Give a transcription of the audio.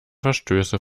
verstöße